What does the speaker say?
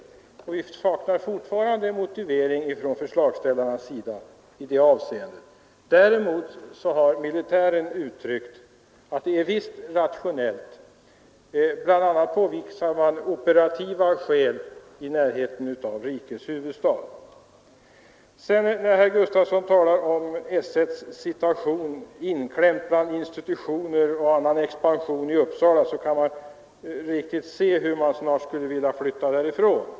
Vi saknar fortfarande en motivering från förslagsställarnas sida. Däremot har militären uttryckt åsikten att det visst är rationellt, och man påvisar bl.a. operativa skäl, nämligen närheten till rikets huvudstad. När herr Gustafsson talar om § 1:s situation, inklämt som det är mellan institutioner och annan expansion i Uppsala, kan man riktigt känna hur gärna S 1 vill flytta därifrån.